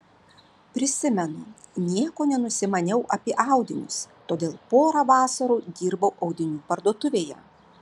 prisimenu nieko nenusimaniau apie audinius todėl porą vasarų dirbau audinių parduotuvėje